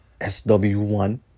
SW1